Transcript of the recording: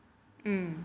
hmm